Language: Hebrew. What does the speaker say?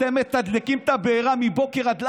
אתם מתדלקים את הבעירה מבוקר עד לילה,